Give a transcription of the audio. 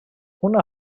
una